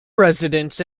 residents